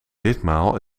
ditmaal